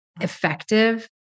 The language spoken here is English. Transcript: effective